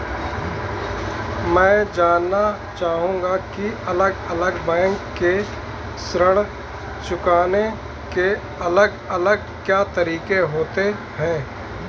मैं जानना चाहूंगा की अलग अलग बैंक के ऋण चुकाने के अलग अलग क्या तरीके होते हैं?